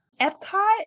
Epcot